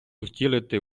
втілити